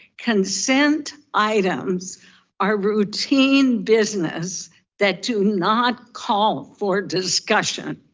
consent items are routine business that do not call for discussion.